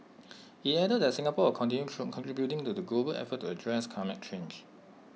IT added that Singapore will continue from contributing to the global effort to address climate change